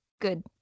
good